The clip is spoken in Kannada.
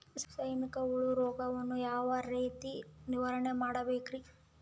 ಸೈನಿಕ ಹುಳು ರೋಗವನ್ನು ಯಾವ ರೇತಿ ನಿರ್ವಹಣೆ ಮಾಡಬೇಕ್ರಿ?